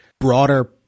broader